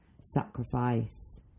sacrifice